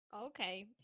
okay